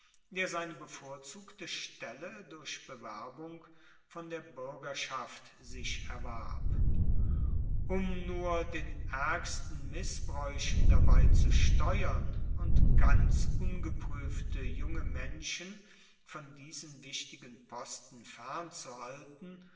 der seine bevorzugte stelle durch bewerbung von der buergerschaft sich erwarb um nur den aergsten missbraeuchen dabei zu steuern und ganz ungepruefte junge menschen von diesen wichtigen posten